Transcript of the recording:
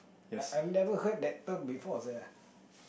I I've never heard that term before sia